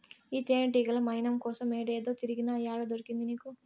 ఈ తేనెతీగల మైనం కోసం ఏడేడో తిరిగినా, ఏడ దొరికింది నీకు